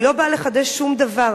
אני לא באה לחדש שום דבר,